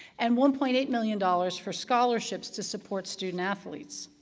and one point eight million dollars for scholarships to support student athletes.